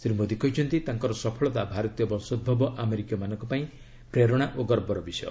ଶ୍ରୀ ମୋଦି କହିଛନ୍ତି ତାଙ୍କର ସଫଳତା ଭାରତୀୟ ବଂଶୋଭବ ଆମେରିକୀୟମାନଙ୍କ ପାଇଁ ପ୍ରେରଣା ଓ ଗର୍ବର ବିଷୟ